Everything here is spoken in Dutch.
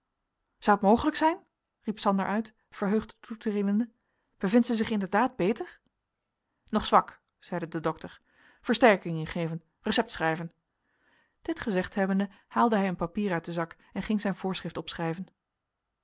zou t mogelijk zijn riep sander uit verheugd toetredende bevindt zij zich inderdaad beter nog zwak zeide de dokter versterking ingeven recept schrijven dit gezegd hebbende haalde hij een papier uit den zak en ging zijn voorschrift opschrijven